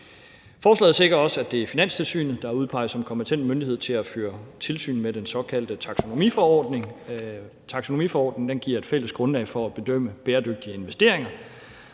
Forslaget sikrer også, at det er Finanstilsynet, der er udpeget som kompetent myndighed til at føre tilsyn med den såkaldte taksonomiforordning. Taksonomiforordningen giver et fælles grundlag for at bedømme bæredygtige investeringer,